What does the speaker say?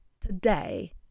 today